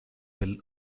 will